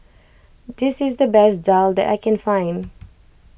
this is the best Daal that I can find